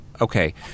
okay